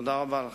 תודה רבה לכם.